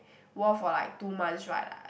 wore for like two months right